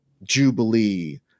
jubilee